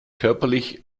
körperlich